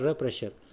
pressure